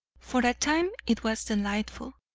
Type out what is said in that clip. for a time it was delightful.